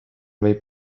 võib